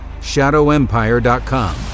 shadowempire.com